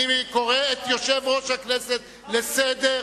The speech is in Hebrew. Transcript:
אני קורא את יושב-ראש הכנסת לסדר.